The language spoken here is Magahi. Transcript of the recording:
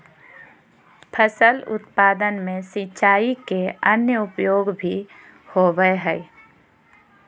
फसल उत्पादन में सिंचाई के अन्य उपयोग भी होबय हइ